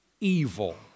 evil